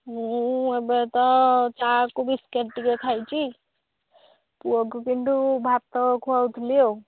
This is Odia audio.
ମୁଁ ଏବେ ତ ଚାକୁ ବିସ୍କେଟ୍ ଟିକିଏ ଖାଇଛି ପୁଅକୁ କିନ୍ତୁ ଭାତ ଖୁଆଉଥିଲି ଆଉ